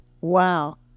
Wow